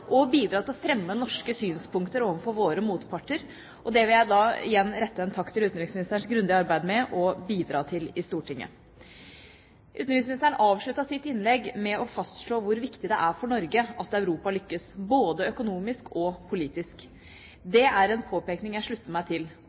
og bidra til å fremme norske synspunkter overfor våre motparter, og jeg vil da igjen rette en takk til utenriksministeren for hans grundige arbeid med redegjørelsen til Stortinget. Utenriksministeren avsluttet sitt innlegg med å fastslå hvor viktig det er for Norge at Europa lykkes både økonomisk og politisk. Det er en påpekning jeg slutter meg til.